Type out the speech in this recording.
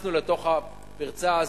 נכנסנו לתוך הפרצה הזאת,